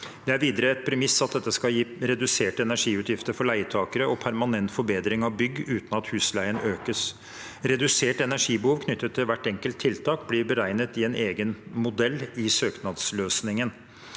Det er videre et premiss at dette skal gi reduserte energiutgifter for leietakere og permanent forbedring av bygg uten at husleien økes. Redusert energibehov knyttet til hvert enkelt tiltak blir beregnet i en egen modell i søknadsløsningen.